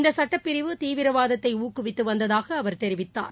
இந்தசட்டப் பிரிவு தீவிரவாதத்தைஊக்குவித்துவந்ததாகஅவர் தெரிவித்தார்